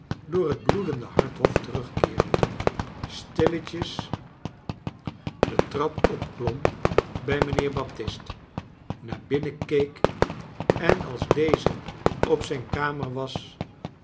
door het bloedendehart hof terugkeerde stilletjes de trap opklom bij mijnheer baptist naar binnen keek en als deze op zijn kamertje was